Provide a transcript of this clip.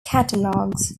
catalogues